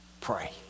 pray